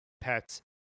pets